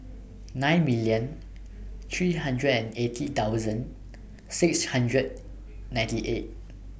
nine million three hundred and eighty thousand six hundred ninety eight